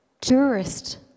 tourist